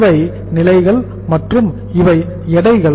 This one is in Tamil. இவை நிலைகள் மற்றும் இவை எடைகள்